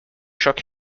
shook